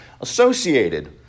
associated